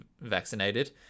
vaccinated